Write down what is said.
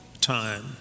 time